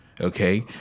Okay